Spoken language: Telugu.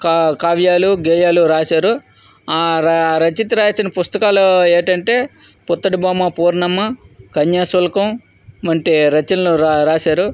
కా కావ్యాలు గేయాలు రాశారు ఆ రచయిత రాసిన పుస్తకాలు ఏంటంటే పుత్తడిబొమ్మ పూర్ణమ్మ కన్యాశుల్కం వంటి రచనలు రాశారు